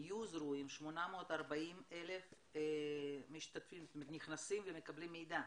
ניוזרו עם 840,000 נכנסים ומקבלים מידע.